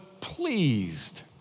pleased